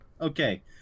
Okay